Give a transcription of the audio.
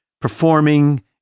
performing